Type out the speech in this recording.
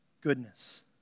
goodness